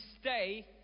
stay